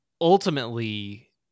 ultimately